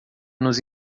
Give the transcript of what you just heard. nos